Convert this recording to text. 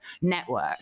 network